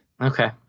Okay